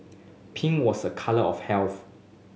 pink was a colour of health